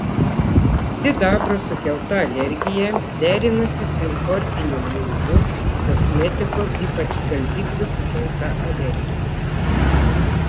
sidabro sukelta alergija derinosi su importinių muilų kosmetikos ypač skalbiklių sukelta alergija